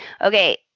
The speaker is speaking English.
Okay